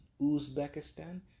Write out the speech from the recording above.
Uzbekistan